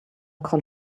call